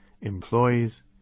employees